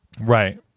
right